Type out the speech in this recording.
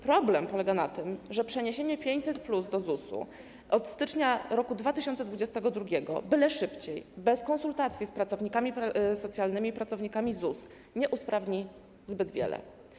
Problem polega na tym, że przeniesienie 500+ do ZUS-u od stycznia 2022 r., byle szybciej, bez konsultacji z pracownikami socjalnymi i pracownikami ZUS, nie usprawni zbyt wiele.